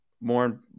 more